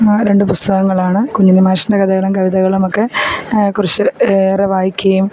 ആ രണ്ട് പുസ്തകങ്ങളാണ് കുഞ്ഞുണ്ണി മാഷിൻ്റെ കഥകളും കവിതകളും ഒക്കെ കുറച്ച് ഏറെ വായിക്കുകയും